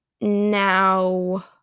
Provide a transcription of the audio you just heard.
Now